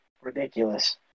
ridiculous